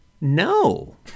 No